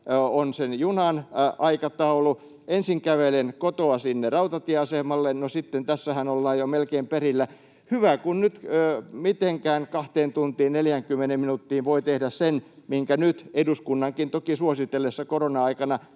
sen junan aikataulu. Ensin kävelen kotoa sinne rautatieasemalle. No, sitten tässähän ollaan jo melkein perillä. Hyvä, kun nyt mitenkään 2 tuntiin 40 minuuttiin voi tehdä sen, minkä nyt, eduskunnankin toki suositellessa korona-aikana,